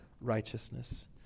righteousness